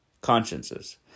consciences